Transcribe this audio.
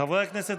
חברי הכנסת,